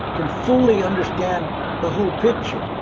can fully understand the whole picture.